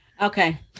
Okay